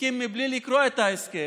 הסכים בלי לקרוא את ההסכם,